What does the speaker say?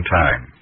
time